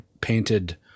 painted